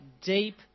deep